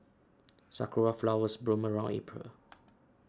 sakura flowers bloom around April